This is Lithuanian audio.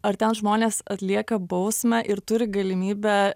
ar ten žmonės atlieka bausmę ir turi galimybę